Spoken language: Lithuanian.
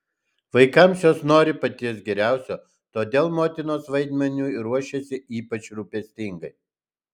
vaikams jos nori paties geriausio todėl motinos vaidmeniui ruošiasi ypač rūpestingai